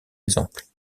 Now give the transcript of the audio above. exemples